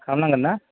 खालामनांगोन ना